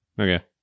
okay